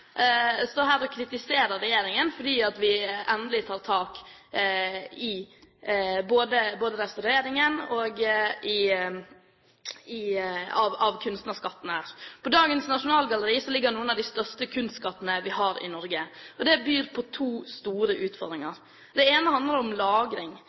regjeringen for at de endelig tar tak både i restaureringen og i kunstskattene. I Nasjonalgalleriet ligger noen av de største kunstskattene vi har i Norge. Det byr på to store